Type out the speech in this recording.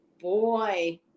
boy